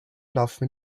laufen